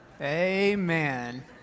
Amen